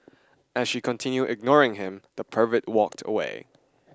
as she continued ignoring him the pervert walked away